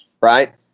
right